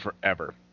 forever